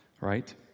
Right